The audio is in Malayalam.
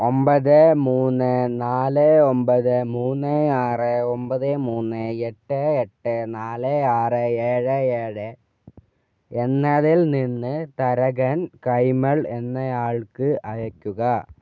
ഒൻപത് മൂന്ന് നാല് ഒൻപത് മൂന്ന് ആറ് ഒൻപത് മൂന്ന് എട്ട് എട്ട് നാല് ആറ് ഏഴ് ഏഴ് എന്നതിൽ നിന്ന് തരകൻ കൈമൾ എന്നയാൾക്ക് അയക്കുക